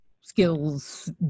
skills